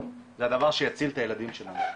זה הדבר שיציל את הילדים שלנו.